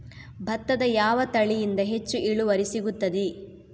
ಭತ್ತದ ಯಾವ ತಳಿಯಿಂದ ಹೆಚ್ಚು ಇಳುವರಿ ಸಿಗುತ್ತದೆ?